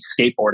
skateboarding